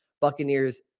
Buccaneers